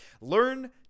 Learn